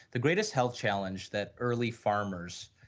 the greatest health challenge that early farmers,